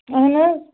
اَہَن حظ